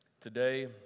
today